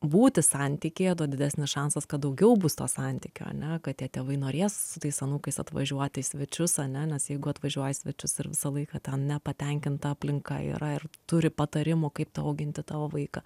būti santykyje tuo didesnis šansas kad daugiau bus to santykio ane kad tie tėvai norės su tais anūkais atvažiuoti į svečius ane nes jeigu atvažiuoji į svečius ir visą laiką ten nepatenkinta aplinka yra ir turi patarimų kaip tą auginti tavo vaiką